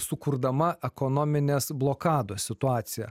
sukurdama ekonominės blokados situaciją